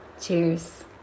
Cheers